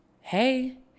hey